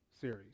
series